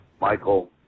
Michael